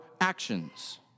actions